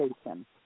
station